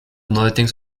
neuerdings